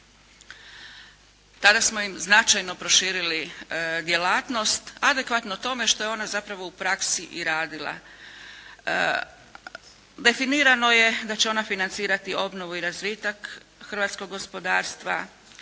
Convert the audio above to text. Tada smo im značajno proširili djelatnost, adekvatno tome što je ona zapravo u praksi i radila. Definirano je da će ona financirati obnovu i razvitak hrvatskog gospodarstva,